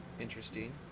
interesting